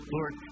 Lord